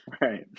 right